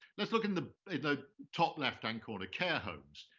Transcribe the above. let's look in the the top left-hand corner, care homes.